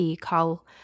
call